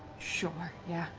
sure, yeah.